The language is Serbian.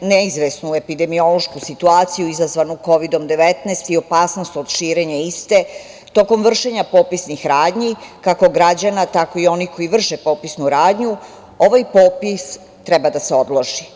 nezavisnu epidemiološku situaciju izazvanu Kovidom 19 i opasnost od širenja iste, tokom vršenja popisnih radnji, kako građana tako i onih koji vrše popisnu radnju, ovaj popis treba da se odloži.